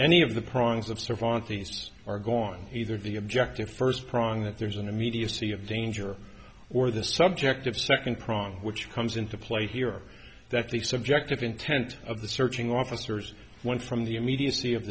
savant these are gone either via objecting first prong that there's an immediacy of danger or the subjective second prong which comes into play here that the subjective intent of the searching officers went from the immediacy of